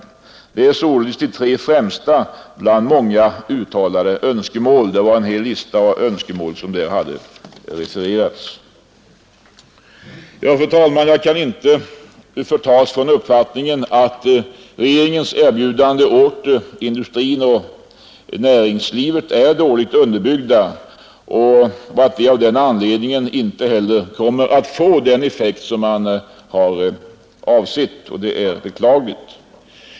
Det är således de tre främsta bland många uttalade önskemål — det var en hel lista av önskemål som hade angivits. Fru talman! Jag kan inte bli fri från uppfattningen att regeringens erbjudanden åt industrin och näringslivet är dåligt underbyggda och att åtgärderna av den anledningen inte kommer att få den avsedda effekten. Det är beklagligt.